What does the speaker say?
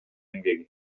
эмгеги